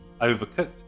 Overcooked